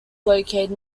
located